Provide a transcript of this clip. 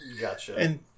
Gotcha